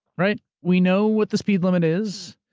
right? we know what the speed limit is.